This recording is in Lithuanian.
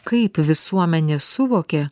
kaip visuomenė suvokia